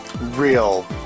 real